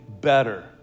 better